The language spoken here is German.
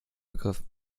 begriff